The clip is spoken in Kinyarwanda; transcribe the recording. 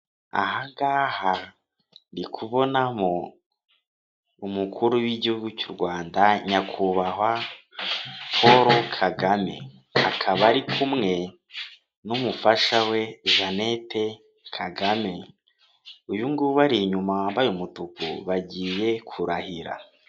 Aha ngaha ndikubonamo umukuru w'igihugu cy'u Rwanda, nyakubahwa Paul Kagame, akaba ari kumwe n'umufasha we Jeannette Kagame. Uyu nguyu ubari inyuma wambaye umutuku, bagiye kurahira.